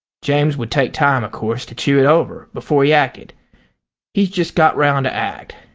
james would take time, of course, to chew it over before he acted he's just got round to act.